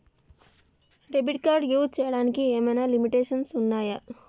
Debit card use చేయడానికి ఏమైనా limitations ఉన్నాయా?